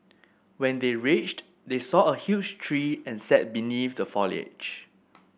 when they reached they saw a huge tree and sat beneath the foliage